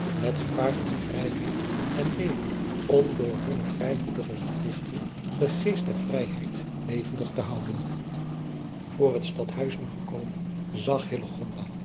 met gevaar van vrijheid en leven om door hunne vrijmoedige gedichten den geest der vrijheid levendig te houden oor het tadhuis nu gekomen zag